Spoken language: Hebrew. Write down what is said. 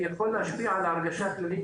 על הרגשת ההורים,